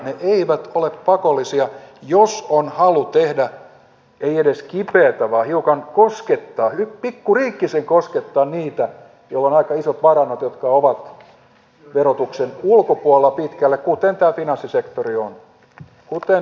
ne eivät ole pakollisia jos on halu tehdä ei edes kipeitä vaan hiukan koskettaa pikkuriikkisen koskettaa niitä joilla on aika isot varannot jotka ovat verotuksen ulkopuolella pitkällä kuten tämä finanssisektori on